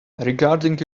regarding